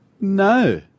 No